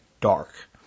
dark